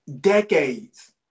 decades